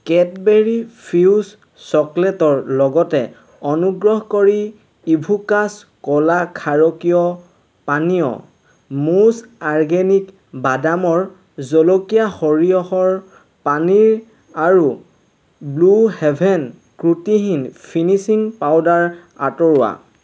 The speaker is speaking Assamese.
কেটবেৰী ফিউজ চকলেটৰ লগতে অনুগ্ৰহ কৰি ইভোকাছ ক'লা ক্ষাৰকীয় পানীয় মুজ অৰ্গেনিক বাদামৰ জলকীয়া সৰিয়হৰ পনীৰ আৰু ব্লু হেভেন ত্ৰুটিহীন ফিনিশ্ৱিং পাউডাৰ আঁতৰোৱা